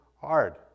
hard